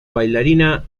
bailarina